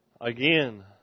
Again